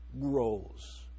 grows